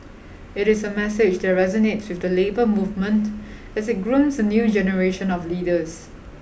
it is a message that resonates with the labour movement as it grooms a new generation of leaders